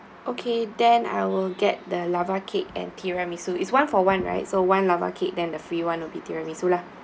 okay then I will get the lava cake and tiramisu is one for one right so one lava cake then the free one will be tiramisu lah